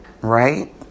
Right